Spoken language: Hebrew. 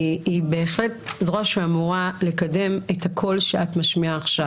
היא בהחלט זרוע שאמורה לקדם את הקול שאת משמיעה עכשיו.